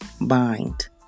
bind